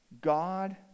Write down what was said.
God